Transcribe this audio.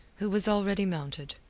who was already mounted.